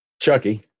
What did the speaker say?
Chucky